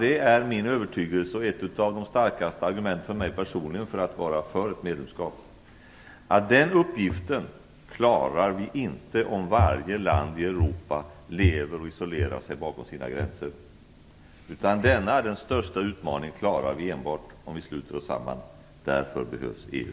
Det är min övertygelse och ett av de starkaste argumenten för mig personligen för att vara för ett medlemskap, att den uppgiften klarar vi inte om varje land i Europa lever och isolerar sig bakom sina gränser. Denna den största utmaningen klarar vi enbart om vi sluter oss samman. Därför behövs EU.